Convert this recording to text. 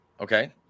Okay